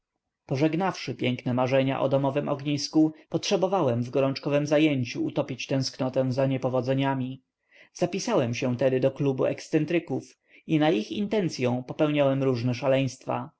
pożegnawszy piękne marzenia o domowem ognisku potrzebowałem w gorączkowem zajęciu utopić tęsknotę za niepowodzeniami zapisałem się tedy do klubu ekscentryków i na ich intencyą popełniałem różne szaleństwa